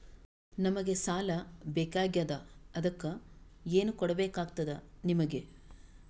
ನಮಗ ಸಾಲ ಬೇಕಾಗ್ಯದ ಅದಕ್ಕ ಏನು ಕೊಡಬೇಕಾಗ್ತದ ನಿಮಗೆ?